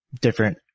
different